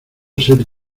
ser